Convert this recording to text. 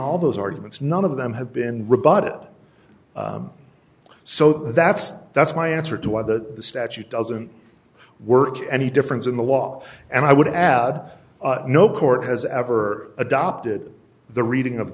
all those arguments none of them have been rebutted so that's that's my answer to why the statute doesn't work any difference in the law and i would add no court has ever adopted the reading of